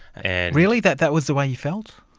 and really? that that was the way you felt?